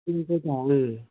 औ बेयावबो